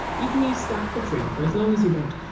you can use slack for free for as long as you want,